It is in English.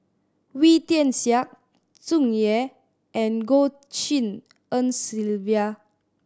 Wee Tian Siak Tsung Yeh and Goh Tshin En Sylvia